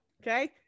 Okay